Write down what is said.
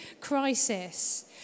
crisis